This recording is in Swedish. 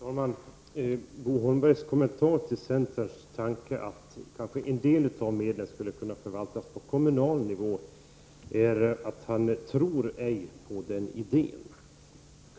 Herr talman! Bo Holmbergs kommentar till centerns tanke att en del av medlen skulle kunna förvaltas på kommunal nivå är att han inte tror på den idén.